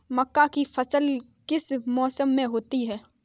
मक्का की फसल किस मौसम में होती है?